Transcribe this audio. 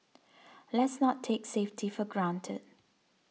let's not take safety for granted